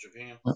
Japan